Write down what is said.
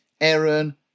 Aaron